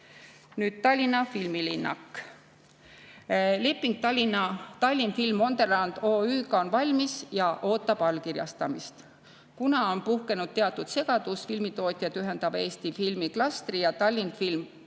Nüüd Tallinna filmilinnak. Leping Tallinn Film Wonderland OÜ-ga on valmis ja ootab allkirjastamist. Kuna on puhkenud teatud segadus filmitootjaid ühendava Eesti filmiklastri ja Tallinn Film